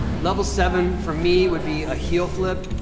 level seven, for me, would be a heel flip.